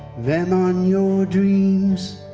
them on your dreams,